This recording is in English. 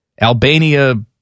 Albania